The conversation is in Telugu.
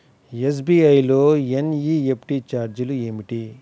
ఎస్.బీ.ఐ లో ఎన్.ఈ.ఎఫ్.టీ ఛార్జీలు ఏమిటి?